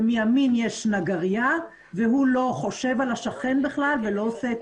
ומימין יש נגריה והוא לא חושב על השכן ולא עושה את